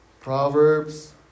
Proverbs